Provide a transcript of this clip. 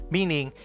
Meaning